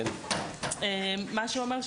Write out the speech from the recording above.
מה שאומר,